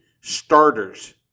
starters